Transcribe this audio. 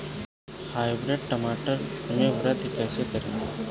Hybrid टमाटर में वृद्धि कैसे करें?